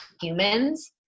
humans